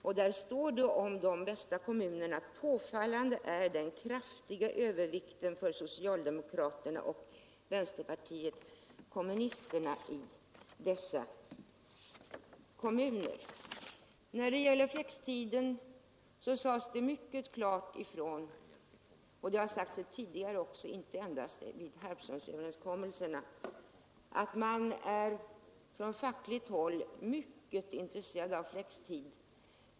Där heter det, beträffande de bästa kommunerna nä det gäller daghemsbyggande: påfallande är den kraftiga övervikten för socialdemokraterna och vänsterpartiet kommunisterna i dessa kommuner. När det gäller flextid har det mycket klart sagts ifrån — och det har sagts tidigare, inte endast vid Harpsundsöverläggningarna — att man från fackligt håll är mycket intres: erad av flextid.